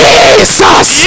Jesus